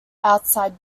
outside